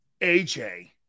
AJ